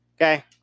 okay